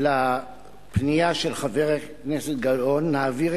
על הפנייה של חברת הכנסת גלאון נעביר